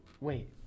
Wait